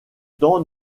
temps